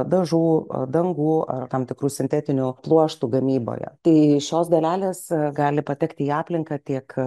dažų dangų ar tam tikrų sintetinių pluoštų gamyboje tai šios dalelės gali patekti į aplinką tiek